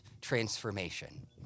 transformation